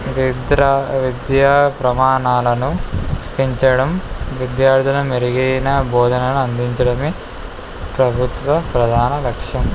విద్య విద్యా ప్రమాణాలను పెంచడం విద్యార్థులు మెరుగైన భోజనాలు అందించడమే ప్రభుత్వ ప్రధాన లక్ష్యం